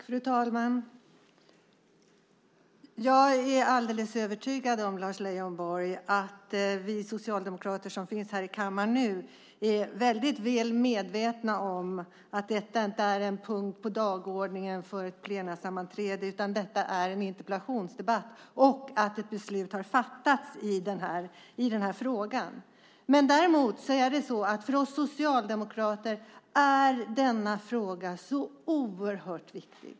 Fru talman! Jag är, Lars Leijonborg, alldeles övertygad om att vi socialdemokrater som just nu finns här i kammaren är väldigt väl medvetna om att detta inte är en punkt på dagordningen för ett plenarsammanträde, utan att detta är en interpellationsdebatt. Vidare har beslut fattats i frågan. Däremot är det så att denna fråga är oerhört viktig för oss socialdemokrater.